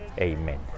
Amen